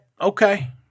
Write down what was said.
Okay